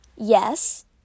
Yes